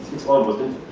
it's almost